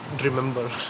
remember